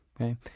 Okay